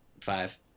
Five